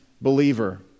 believer